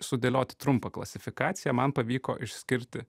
sudėlioti trumpą klasifikaciją man pavyko išskirti